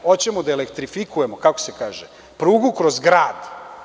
Hoćemo da elektrifikujemo, kako se kaže, prugu kroz grad.